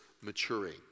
maturing